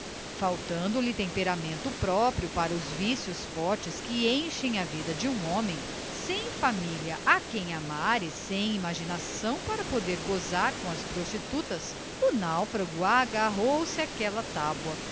título faltando-lhe temperamento próprio para os vícios fortes que enchem a vida de um homem sem família a quem amar e sem imaginação para poder gozar com as prostitutas o náufrago agarrou-se àquela tábua